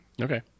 okay